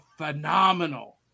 phenomenal